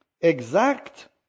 exact